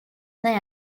say